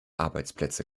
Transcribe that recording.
arbeitsplätze